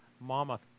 Mama